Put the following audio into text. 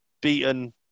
beaten